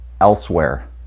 elsewhere